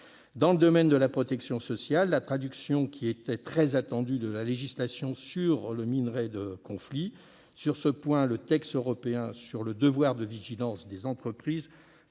dans le domaine de la protection sociale, la traduction, qui était très attendue, de la législation sur les minerais de conflit. Sur ce point, la future directive européenne sur le devoir de vigilance des entreprises